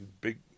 Big